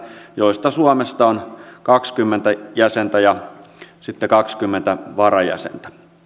joista suomesta on kaksikymmentä jäsentä ja sitten kaksikymmentä varajäsentä